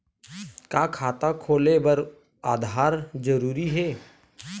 का खाता खोले बर आधार जरूरी हे?